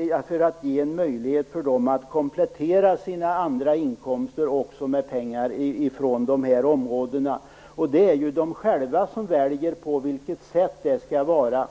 det för att ge dem möjlighet att komplettera sina andra inkomster med pengar också från dessa områden. Det är de själva som väljer på vilket sätt det skall ske.